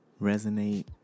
resonate